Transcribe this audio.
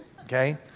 okay